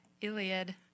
Iliad